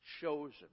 chosen